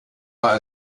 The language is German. war